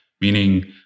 Meaning